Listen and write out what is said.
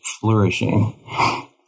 flourishing